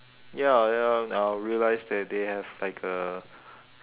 ya ya I'll realise that they have like a